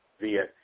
via